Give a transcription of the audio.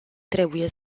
trebuie